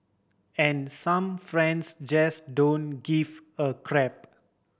and some friends just don't give a crap